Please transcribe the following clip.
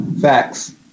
Facts